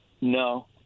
No